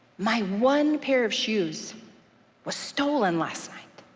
my one pair of shoes was stolen last night.